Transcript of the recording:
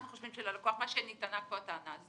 אנחנו חושבים שללקוח - מה שנטענה פה הטענה.